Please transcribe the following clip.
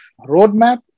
roadmap